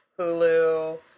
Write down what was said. Hulu